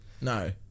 No